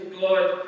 God